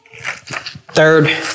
Third